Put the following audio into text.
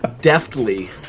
deftly